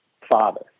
father